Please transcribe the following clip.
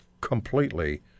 completely